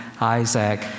Isaac